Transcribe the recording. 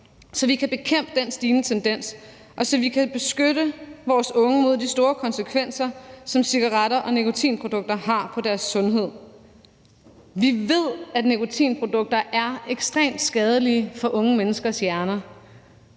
så vi kan bekæmpe den stigende tendens, og så vi kan beskytte vores unge mod de store konsekvenser, som cigaretter og nikotinprodukter har på deres sundhed. Vi ved, at nikotinprodukter er ekstremt skadelige for unge menneskers hjerner.